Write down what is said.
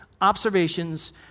observations